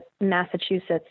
Massachusetts